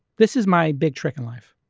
this is my big trick in life.